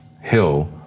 hill